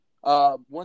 One